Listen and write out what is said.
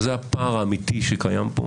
וזה הפער האמיתי שקיים פה,